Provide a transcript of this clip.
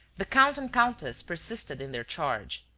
the count and countess persisted in their charge.